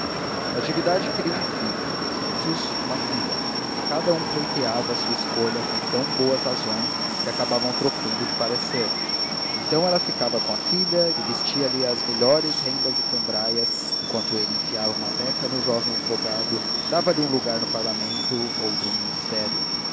natividade queria um filho santos uma filha e cada um pleiteava a sua escolha com tão boas razões que acabavam trocando de parecer então ela ficava com a filha e vestia lhe as melhores rendas e cambraias enquanto ele enfiava uma beca no jovem advogado dava-lhe um lugar no parlamento outro no ministério